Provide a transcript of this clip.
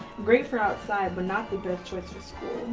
great for outside but not the best choice